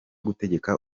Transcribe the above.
gutegeka